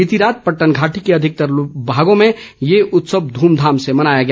बीती रात पट्टन घाटी के अधिकतर भागों में ये उत्सव ध्रमधाम से मनाया गया